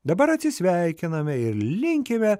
dabar atsisveikiname ir linkime